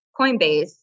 Coinbase